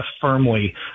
firmly